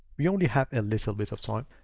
we only have a little bit of time,